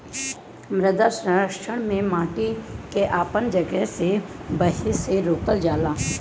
मृदा संरक्षण में माटी के अपन जगह से बहे से रोकल जाला